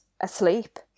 asleep